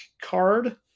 card